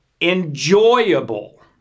enjoyable